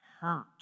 hurt